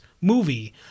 movie